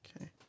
Okay